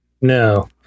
No